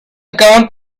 acaban